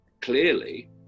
clearly